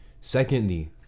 Secondly